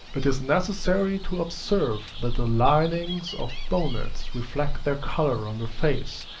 it is necessary to observe that the linings of bonnets reflect their color on the face,